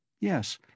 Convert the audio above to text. yes